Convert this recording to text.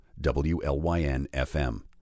WLYN-FM